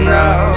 now